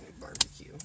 barbecue